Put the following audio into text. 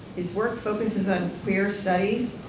his work focuses on queer studies,